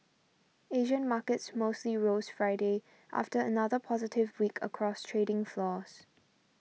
Asian markets mostly rose Friday after another positive week across trading floors